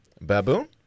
Baboon